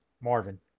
Marvin